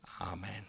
Amen